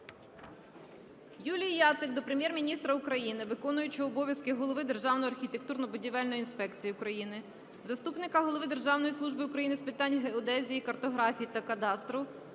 Юлії Яцик до Прем'єр-міністра України, виконуючого обов'язки голови Державної архітектурно-будівельної інспекції України, заступника голови Державної служби України з питань геодезії, картографії та кадастру,